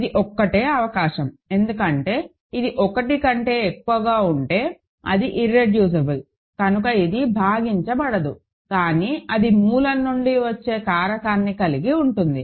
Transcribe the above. ఇది ఒక్కటే అవకాశం ఎందుకంటే ఇది 1 కంటే ఎక్కువ ఉంటే అది ఇర్రెడ్యూసిబుల్ కనుక ఇది భాగించబడదు కానీ అది మూలం నుండి వచ్చే కారకాన్ని కలిగి ఉంటుంది